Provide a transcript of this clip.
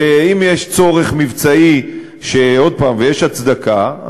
ואם יש צורך מבצעי ויש הצדקה,